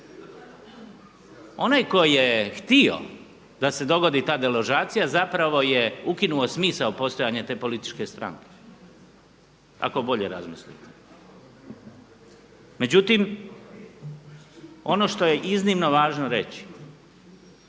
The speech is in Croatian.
Onaj tko je htio da se dogodi ta deložacija zapravo je ukinuo smisao postojanja te političke stranke ako bolje razmislite. Međutim, ono što je iznimno važno reći